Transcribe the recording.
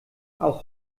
auch